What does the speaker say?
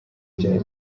bya